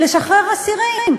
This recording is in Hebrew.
לשחרר אסירים?